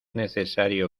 necesario